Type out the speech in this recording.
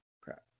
Crap